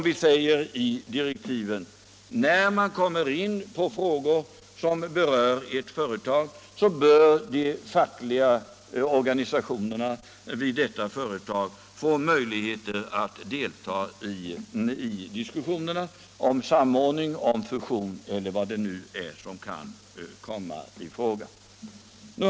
Vi säger i direktiven att när man kommer in på frågor som berör ett företag bör de fackliga organisationerna vid detta företag få möjligheter att deltaga i diskussionerna om samordning, om fusion eller vad det nu kan gälla.